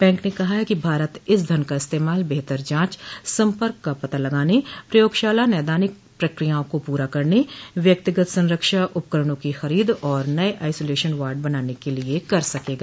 bank ने कहा है कि भारत इस धन का इस्तेमाल बेहतर जांच संपर्क का पता लगाने प्रयोगशाला नैदानिक प्रक्रियाओं को पूरा करन व्यक्तिगत संरक्षा उपकरणों की खरीद और नये आइसोलेशन वार्ड बनाने के लिए कर सकेगा